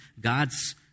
God's